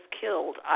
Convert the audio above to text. killed